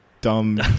dumb